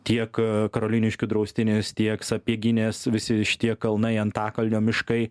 tiek karoliniškių draustinis tiek sapiegynės visi šitie kalnai antakalnio miškai